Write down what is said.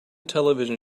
television